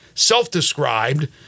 self-described